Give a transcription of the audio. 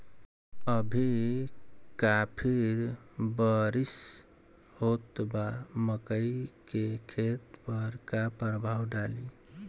अभी काफी बरिस होत बा मकई के खेत पर का प्रभाव डालि?